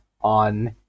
on